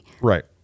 right